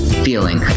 feeling